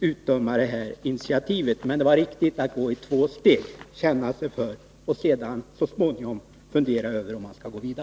utdöma det här initiativet. Men det var riktigt att gå i två steg, först känna sig för och sedan så småningom fundera över hur man skall gå vidare.